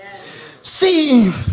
See